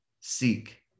seek